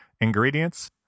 Ingredients